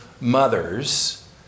mothers